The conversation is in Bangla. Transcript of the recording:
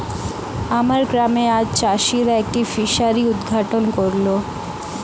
আমার গ্রামে আজ চাষিরা একটি ফিসারি উদ্ঘাটন করল